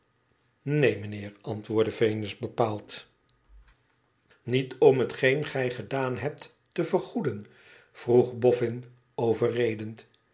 ineen mijnheer antwoordde venus bepaald iniet om hetgeen gij gedaan hebt te vergoeden vroeg boffin overredend